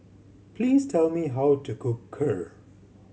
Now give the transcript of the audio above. please tell me how to cook Kheer